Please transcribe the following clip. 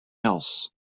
else